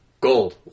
Gold